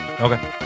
Okay